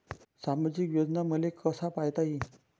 सामाजिक योजना मले कसा पायता येईन?